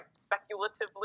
speculatively